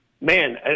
man